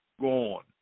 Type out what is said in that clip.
gone